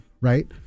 Right